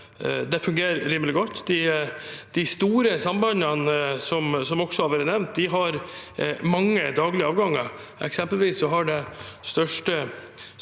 har, fungerer rimelig godt. De store sambandene har, som har vært nevnt, mange daglige avganger. Eksempelvis har det største